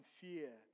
fear